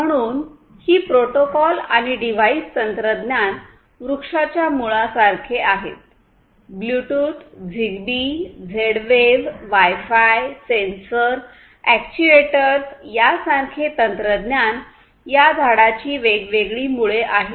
म्हणून ही प्रोटोकॉल आणि डिव्हाइस तंत्रज्ञान वृक्षांच्या मुळांसारखे आहेत Bluetooth Zigbee Z wave wifi sensor आणि अॅक्ट्युएटर्स यासारखे तंत्रज्ञान या झाडाची वेगवेगळी मुळे आहेत